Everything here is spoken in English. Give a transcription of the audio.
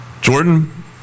Jordan